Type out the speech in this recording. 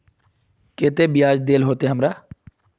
केते बियाज देल होते हमरा?